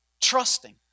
Trusting